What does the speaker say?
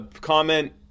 comment